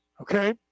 okay